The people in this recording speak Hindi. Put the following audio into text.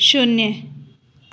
शून्य